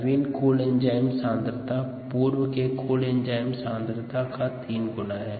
नवीन कुल एंजाइम सांद्रता पूर्व के कुल एंजाइम सांद्रता का तीन गुना है